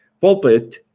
pulpit